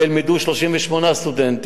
שילמדו בה 38 סטודנטים,